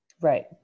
Right